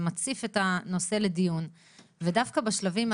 מציף את הנושא לדיון ודווקא בשלבים האלה.